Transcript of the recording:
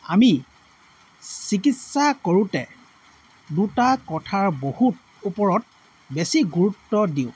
আমি চিকিৎসা কৰোঁতে দুটা কথাৰ বহুত ওপৰত বেছি গুৰুত্ব দিওঁ